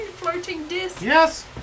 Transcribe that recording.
Yes